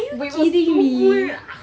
but it was so cool ah